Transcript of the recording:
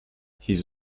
his